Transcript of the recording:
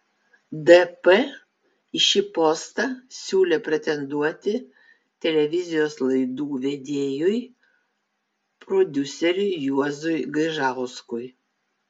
dp į šį postą siūlė pretenduoti televizijos laidų vedėjui prodiuseriui juozui gaižauskui